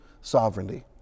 sovereignty